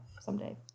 Someday